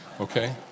Okay